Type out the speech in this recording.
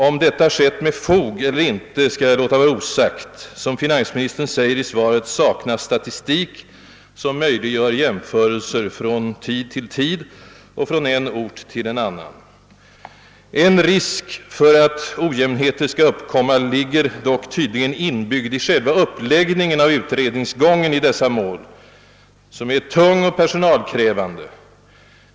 Om detta skett med fog eller inte skall jag låta vara osagt. Som finansministern säger i svaret saknas statistik, som möjliggör jämförelser från tid till tid och från en ort till en annan. En risk för att ojämnheter skall uppkomma ligger dock tydligen inbyggd i själva uppläggningen av utredningsgången i dessa mål som är tung och personalkrävande.